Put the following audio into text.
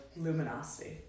luminosity